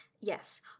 Yes